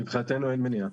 מבחינתנו אין מניעה.